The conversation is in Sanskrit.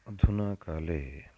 अधुना काले